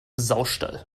saustall